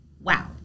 Wow